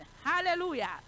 Hallelujah